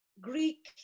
Greek